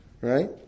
right